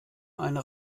eine